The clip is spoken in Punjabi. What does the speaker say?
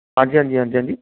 ਹਾਂਜੀ ਹਾਂਜੀ ਹਾਂਜੀ ਹਾਂਜੀ